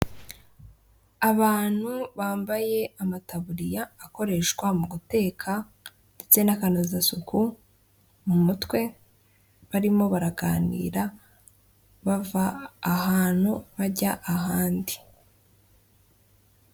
Abantu bambaye amataburiya akoreshwa mu guteka, ndetse n'akanzasuku mu mutwe barimo baraganira bava ahantu bajya ahandi.